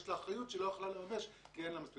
לה אחריות שהיא לא יכולה לממש כי אין לה כוח אדם.